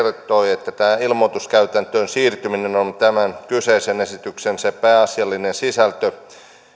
kertoi tämä ilmoituskäytäntöön siirtyminen on tämän kyseisen esityksen se pääasiallinen sisältö